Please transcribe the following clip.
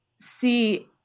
see